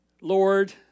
Lord